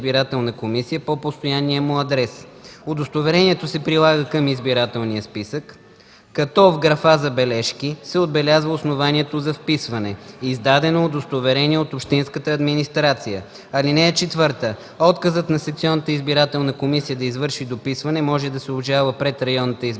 по постоянния му адрес. Удостоверението се прилага към избирателния списък, като в графа „Забележки” се отбелязва основанието за вписване – „издадено удостоверение от общинската администрация”. (4) Отказът на секционната избирателна комисия да извърши дописване може да се обжалва пред районната избирателна